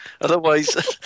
Otherwise